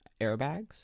Airbags